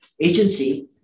Agency